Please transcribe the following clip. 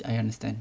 I understand